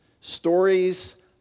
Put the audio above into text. stories